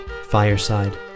Fireside